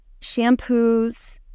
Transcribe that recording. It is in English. shampoos